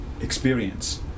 experience